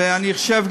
אני חושב,